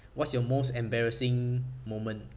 what's your most embarrassing moment